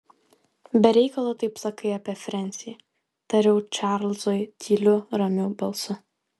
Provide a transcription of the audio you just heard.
be reikalo taip sakai apie frensį tariau čarlzui tyliu ramiu balsu